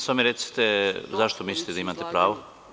Samo mi recite zašto mislite da imate pravo?